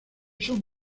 son